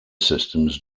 systems